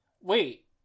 Wait